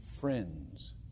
friends